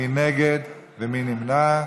מי נגד ומי נמנע?